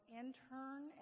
intern